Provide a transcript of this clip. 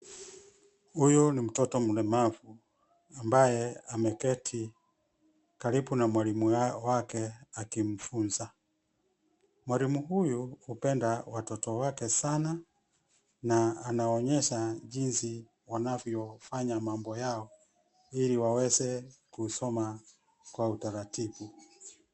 Huyu ni mtoto mlemavu, ambaye ameketi, karibu na mwalimu wake akimfunza. Mwalimu huyu hupenda watoto wake sana, na anaonyesha jinsi wanavyofanya mambo yao, ili waweze kusoma kwa utaratibu.